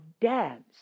dance